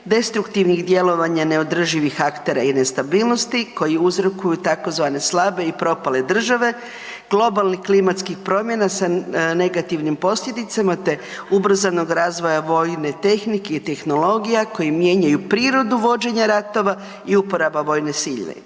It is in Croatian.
destruktivnih djelovanja neodrživih aktera i nestabilnosti koji uzrokuju tzv. slabe i propale države, globalnih klimatskih promjena sa negativnim posljedicama te ubrzanog razvoja vojne tehnike i tehnologija koji mijenjaju prirodu vođenja ratova i uporaba vojne sile.